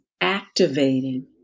activating